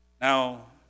Now